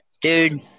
Dude